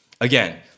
again